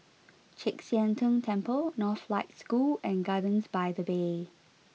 Chek Sian Tng Temple Northlight School and Gardens by the Bay